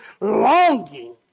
longing